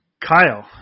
Kyle